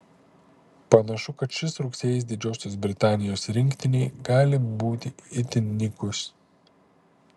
panašu kad šis rugsėjis didžiosios britanijos rinktinei gali būti itin nykus